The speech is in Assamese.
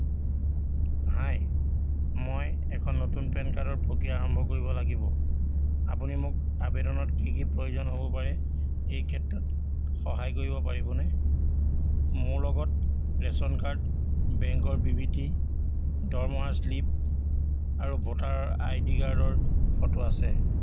হাই মই এখন নতুন পেন কাৰ্ডৰ প্ৰক্ৰিয়া আৰম্ভ কৰিব লাগিব আপুনি মোক আবেদনত কি কি প্ৰয়োজন হ'ব পাৰে সেই ক্ষেত্ৰত সহায় কৰিব পাৰিবনে মোৰ লগত ৰেচন কাৰ্ড বেংকৰ বিবৃতি দৰমহাৰ স্লিপ আৰু ভোটাৰ আই ডি কাৰ্ডৰ ফটো আছে